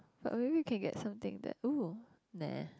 but maybe we can get something that !ooh! nah